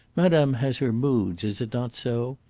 madame has her moods, is it not so?